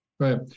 Right